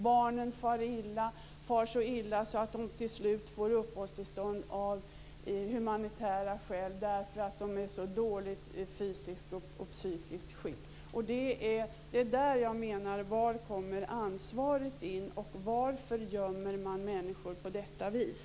Barnen far illa - så illa att de till slut får uppehållstillstånd av humanitära skäl eftersom de är i så dåligt fysiskt och psykiskt skick. Det är här jag frågar mig var ansvaret kommer in. Varför gömmer man människor på detta vis?